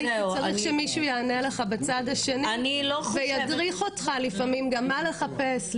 כי צריך שמישהו יענה לך בצד השני וידריך אותך לפעמים גם מה לחפש.